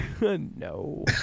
no